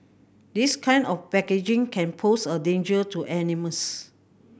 this kind of packaging can pose a danger to animals